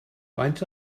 faint